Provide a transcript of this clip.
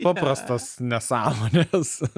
paprastos nesąmonės